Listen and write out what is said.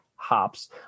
hops